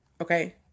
okay